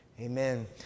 Amen